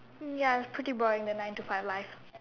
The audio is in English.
mm ya it is pretty boring the nine to five life